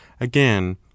again